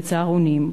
בצהרונים.